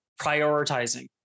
prioritizing